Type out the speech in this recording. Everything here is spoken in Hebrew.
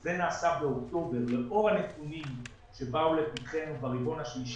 זה נעשה באוקטובר שבאו לפתחנו ברבעון השלישי,